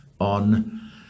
on